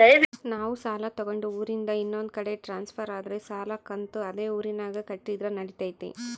ನಾವು ಸಾಲ ತಗೊಂಡು ಊರಿಂದ ಇನ್ನೊಂದು ಕಡೆ ಟ್ರಾನ್ಸ್ಫರ್ ಆದರೆ ಸಾಲ ಕಂತು ಅದೇ ಊರಿನಾಗ ಕಟ್ಟಿದ್ರ ನಡಿತೈತಿ?